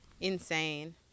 Insane